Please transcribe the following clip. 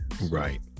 right